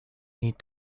need